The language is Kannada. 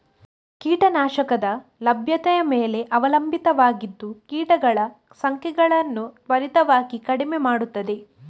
ಕೀಟ ನಾಶಕದ ಲಭ್ಯತೆಯ ಮೇಲೆ ಅವಲಂಬಿತವಾಗಿದ್ದು ಕೀಟಗಳ ಸಂಖ್ಯೆಯನ್ನು ತ್ವರಿತವಾಗಿ ಕಡಿಮೆ ಮಾಡುತ್ತದೆ